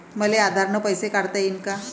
मले आधार न पैसे काढता येईन का?